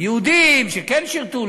יהודים שכן שירתו,